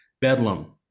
Bedlam